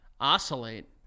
Oscillate